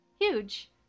Huge